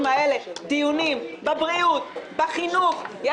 האלה גם דיונים בבריאות ובחינוך מה טוב.